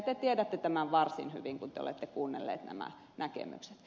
te tiedätte tämän varsin hyvin kun te olette kuunnellut nämä näkemykset